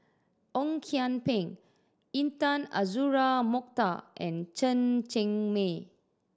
Ong Kian Peng Intan Azura Mokhtar and Chen Cheng Mei